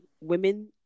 women